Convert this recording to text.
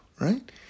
Right